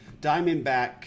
Diamondback